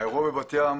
האירוע בבת יום